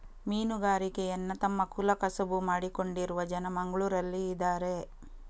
ಮೀನುಗಾರಿಕೆಯನ್ನ ತಮ್ಮ ಕುಲ ಕಸುಬು ಮಾಡಿಕೊಂಡಿರುವ ಜನ ಮಂಗ್ಳುರಲ್ಲಿ ಇದಾರೆ